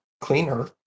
cleaner